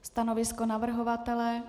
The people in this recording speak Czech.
Stanovisko navrhovatele?